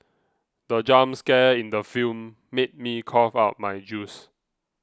the jump scare in the film made me cough out my juice